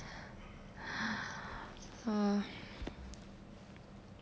uh